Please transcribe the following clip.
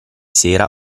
sera